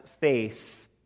face